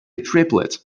triplet